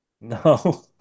No